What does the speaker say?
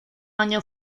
año